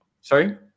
Sorry